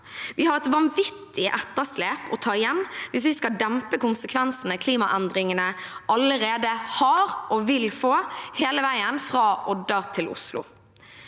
nr. 1–4 2023 vittig etterslep å ta igjen hvis vi skal dempe konsekvensene klimaendringene allerede har, og vil få, hele veien fra Odda til Oslo.